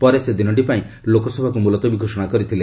ପରେ ସେ ଦିନଟି ପାଇଁ ଲୋକସଭାକୁ ମୁଲତବୀ ଘୋଷଣା କରିଥିଲେ